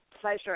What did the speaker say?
pleasure